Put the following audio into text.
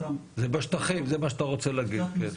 זה בשטחים, זה מה שאתה רוצה להגיד?